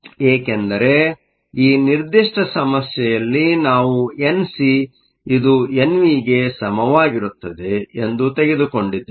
ಏಕೆಂದರೆ ಈ ನಿರ್ದಿಷ್ಟ ಸಮಸ್ಯೆಯಲ್ಲಿ ನಾವು ಎನ್ ಸಿಇದು ಎನ್ವಿ ಗೆ ಸಮಾನವಾಗಿರುತ್ತದೆ ಎಂದು ತೆಗೆದುಕೊಂಡಿದ್ದೇವೆ